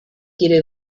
quiere